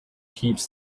heaps